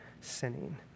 sinning